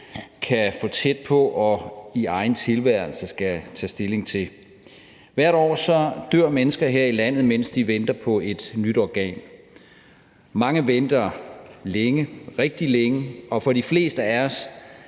kan få tæt på og i egen tilværelse skal tage stilling til. Hvert år dør mennesker her i landet, mens de venter på et nyt organ. Mange venter længe, rigtig længe, og for de fleste af os